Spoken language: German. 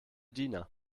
diener